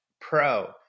pro